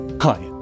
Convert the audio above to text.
Hi